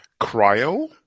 Cryo